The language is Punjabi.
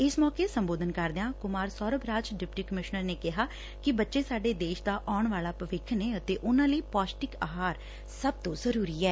ਇਸ ਮੌਕੇ ਸੰਬੋਧਨ ਕਰਦਿਆਂ ਕੁਮਾਰ ਸੌਰਭ ਰਾਜ ਡਿਪਟੀ ਕਮਿਸ਼ਨਰ ਨੇ ਕਿਹਾ ਕਿ ਬੱਚੇ ਸਾਡੇ ਦੇਸ਼ ਦਾ ਆਉਣ ਵਾਲਾ ਭਵਿੱਖ ਹਨ ਅਤੇ ਉਨਾਂ ਲਈ ਪੌਸ਼ਟਿਕ ਆਹਾਰ ਸਭ ਤੋਂ ਜ਼ਰੁਰੀ ਏ